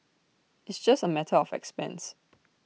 it's just A matter of expense